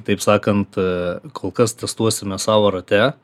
taip sakant a kol kas testuosime savo rate